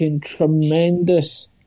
Tremendous